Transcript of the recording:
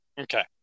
Okay